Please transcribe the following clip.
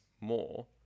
more